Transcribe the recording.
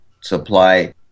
supply